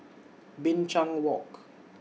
Binchang Walk